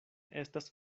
estas